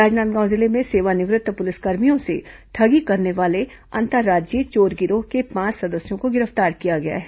राजनांदगांव जिले में सेवानिवृत्त पुलिसकर्मियों से ठगी करने वाले अंतर्राज्जीय चोर गिरोह के पांच सदस्यों को गिरफ्तार किया गया है